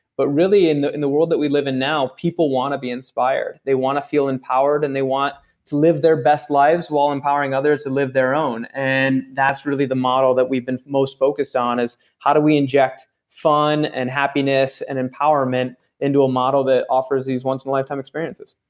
but really, in the in the world that we live in now, people want to be inspired. they want to feel empowered, and they want to live their best lives while empowering others to live their own. and that's really the model that we've been most focused on, is how do we inject fun, and happiness, and empowerment into a model that offers these once in a lifetime experiences?